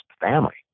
family